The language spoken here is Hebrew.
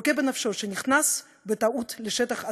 לוקה בנפשו, שנכנס בטעות לשטח עזה,